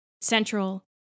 Central